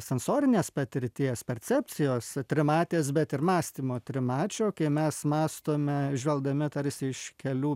sensorinės patirties percepcijos trimatės bet ir mąstymo trimačio kai mes mąstome žvelgdami tarsi iš kelių